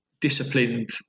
disciplined